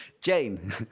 Jane